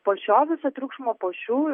po šio viso triukšmo po šių